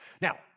Now